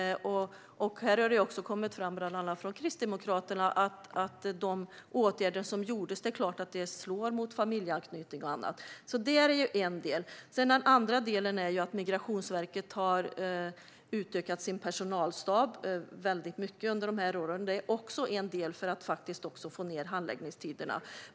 Här har det bland annat från Kristdemokraterna kommit fram att de åtgärder som gjordes slår mot familjeanknytning och annat. Det är en del. Den andra delen är att Migrationsverket har utökat sin personalstab väldigt mycket under de åren. Det är också en del i att få ned handläggningstiderna.